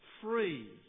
free